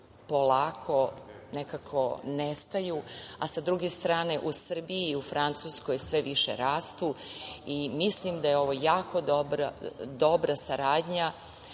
polako nekako nestaju, a sa druge strane u Srbiji i u Francuskoj sve više rastu i mislim da je ovo jako dobra saradnja